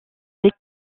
les